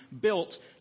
built